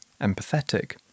empathetic